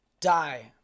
die